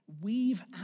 Weave